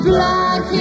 Black